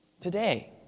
today